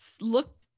Look